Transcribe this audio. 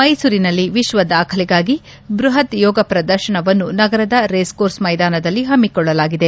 ಮೈಸೂರಿನಲ್ಲಿ ವಿಶ್ವ ದಾಖಲೆಗಾಗಿ ಬೃಹತ್ ಯೋಗ ಪ್ರದರ್ಶನವನ್ನು ನಗರದ ರೇಸ್ ಕೋರ್ಸ್ ಮೈದಾನದಲ್ಲಿ ಹಮ್ನಿಕೊಳ್ಳಲಾಗಿದೆ